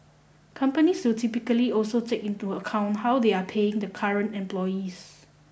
companies will typically also take into account how they are paying the current employees